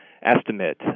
estimate